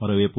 మరోవైపు